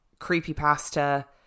creepypasta